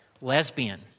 lesbian